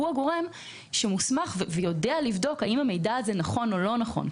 הוא הגורם שמוסמך ויודע לבדוק האם המידע הזה נכון או לא נכון.